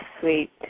sweet